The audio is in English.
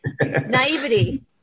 Naivety